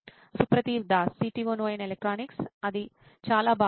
సుప్రతీవ్ Das CTO నోయిన్ electronics అది చాలా బాగుంది